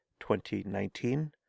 2019